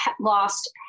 lost